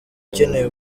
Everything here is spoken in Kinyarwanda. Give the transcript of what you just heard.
ukeneye